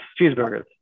cheeseburgers